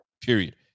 period